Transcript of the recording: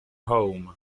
home